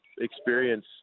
experience